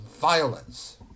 violence